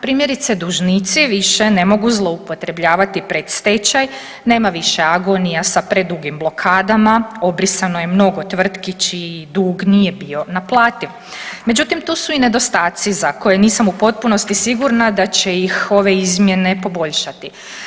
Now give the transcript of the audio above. Primjerice, dužnici više ne mogu zloupotrebljavati predstečaj, nema više agonija sa predugim blokadama, obrisano je mnogo tvrtki čiji dug nije bilo naplativ, međutim, tu su i nedostaci za koje nisam u potpunosti sigurna da će ih ove izmjene poboljšati.